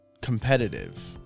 competitive